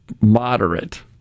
moderate